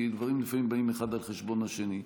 כי דברים לפעמים באים אחד על חשבון השני.